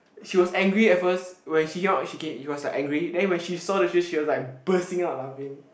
she was angry at first when she came out she came she was like angry then when she saw the shoes she was like bursting out laughing